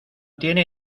tiene